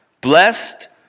blessed